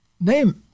name